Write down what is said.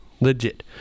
Legit